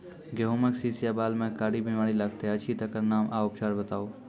गेहूँमक शीश या बाल म कारी बीमारी लागतै अछि तकर नाम आ उपचार बताउ?